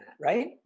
Right